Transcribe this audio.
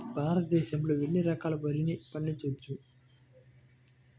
భారతదేశంలో ఎన్ని రకాల వరిని పండించవచ్చు